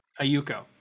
Ayuko